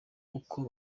uko